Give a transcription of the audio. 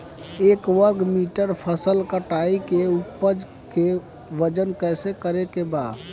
एक वर्ग मीटर फसल कटाई के उपज के वजन कैसे करे के बा?